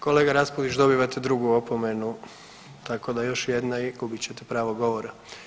Kolega Raspudić dobivate drugu opomenu, tako da još jedna i gubit ćete pravo govora.